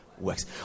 works